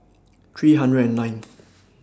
three hundred and ninth